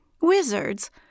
Wizards